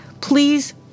please